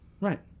Right